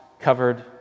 covered